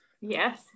yes